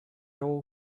all